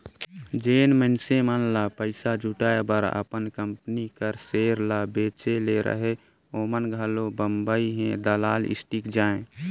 जेन मइनसे मन ल पइसा जुटाए बर अपन कंपनी कर सेयर ल बेंचे ले रहें ओमन घलो बंबई हे दलाल स्टीक जाएं